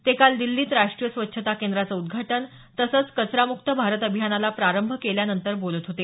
ते काल दिल्लीत राष्टीय स्वच्छता केंद्राचं उद्घाटन तसंच कचरा म्क्त भारत अभियानाला प्रारंभ केल्यानंतर बोलत होते